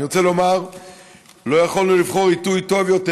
אני רוצה לומר שלא יכולנו לבחור עיתוי טוב יותר,